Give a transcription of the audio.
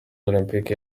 olempike